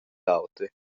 auter